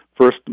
first